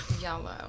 yellow